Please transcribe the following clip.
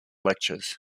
lectures